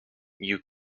you